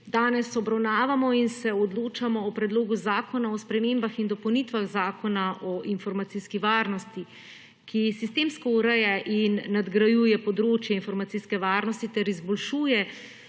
Danes obravnavamo in se odločamo o predlogu zakona o spremembah in dopolnitvah zakona o informacijski varnosti, ki sistemsko ureja in nadgrajuje področje informacijske varnosti ter izboljšuje